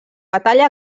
batalla